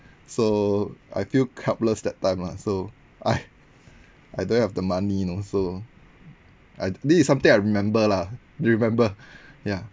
so I feel helpless that time lah so I I don't have the money know so I this is something I remember lah remember ya